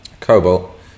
Cobalt